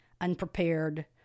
unprepared